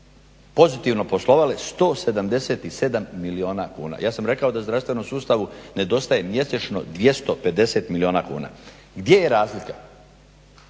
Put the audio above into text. pozitivno poslovale 177 milijuna kuna. Ja sam rekao da zdravstvenom sustavu nedostaje mjesečno 250 milijuna kuna. Gdje je razlika?